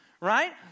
right